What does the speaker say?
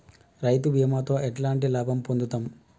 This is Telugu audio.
రైతు బీమాతో ఎట్లాంటి లాభం పొందుతం?